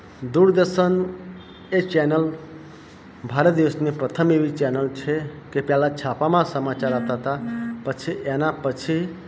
દૂરદર્શન એ ચેનલ ભારત દેશની પ્રથમ એવી ચેનલ છે કે પહેલા છાપામાં સમાચાર આવતા હતા પછી એના પછી